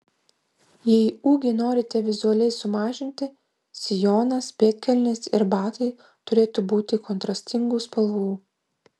jei ūgį norite vizualiai sumažinti sijonas pėdkelnės ir batai turėtų būti kontrastingų spalvų